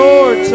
Lord